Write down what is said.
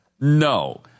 no